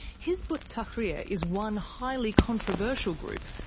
hizb ut-tahrir is one highly controversial group,